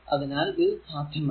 അതിനാൽ ഇത് സാധ്യമല്ല